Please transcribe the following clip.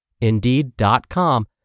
Indeed.com